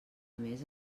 més